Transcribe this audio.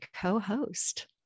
co-host